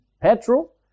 petrol